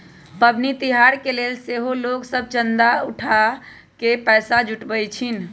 पबनि तिहार के लेल सेहो लोग सभ चंदा उठा कऽ पैसा जुटाबइ छिन्ह